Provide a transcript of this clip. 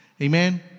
Amen